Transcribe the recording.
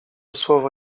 słowo